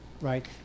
Right